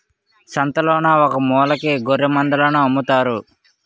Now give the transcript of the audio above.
సంతలోన ఒకమూలకి గొఱ్ఱెలమందలను అమ్ముతారు